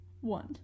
One